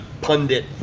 pundit